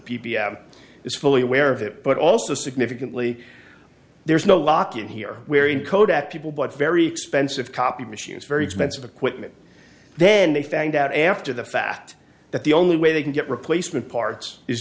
is fully aware of it but also significantly there's no lock in here where in kodak people but very expensive copy machines very expensive equipment then they found out after the fact that the only way they can get replacement parts is